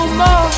more